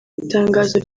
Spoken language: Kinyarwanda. itangazo